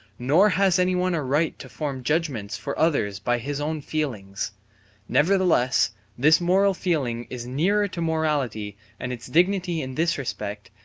nor has anyone a right to form judgements for others by his own feelings nevertheless this moral feeling is nearer to morality and its dignity in this respect,